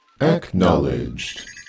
Acknowledged